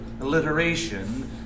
alliteration